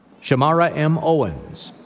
shamara m. owens,